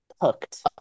hooked